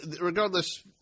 regardless –